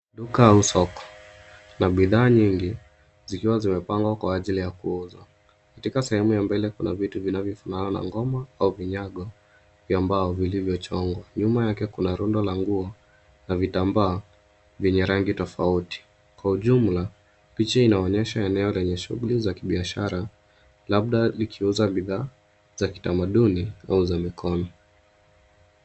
Duka au soko na bidhaa nyingi zikiwa zimepangwa kwa ajili ya kuuzwa. Katika sehemu ya mbele kuna vitu vinavyofanana na ngoma au vinyago vya mbao vilivyochongwa. Nyuma yake kuna rundo la nguo na vitambaa vyenye rangi tofauti. Kwa ujumla picha inaonyesha eneo lenye shughuli za kibiashara labda likiuza bidhaa za kitamaduni au za mikono.